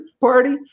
party